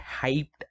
hyped